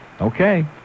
Okay